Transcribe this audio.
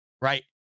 right